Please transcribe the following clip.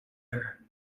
her